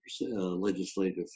legislative